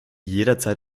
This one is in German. jederzeit